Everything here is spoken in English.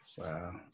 Wow